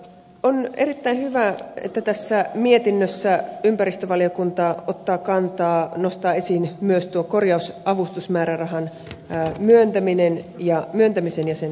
on erittäin hyvä että tässä mietinnössä ympäristövaliokunta nostaa esiin myös korjausavustusmäärärahan myöntämisen ja sen perusteet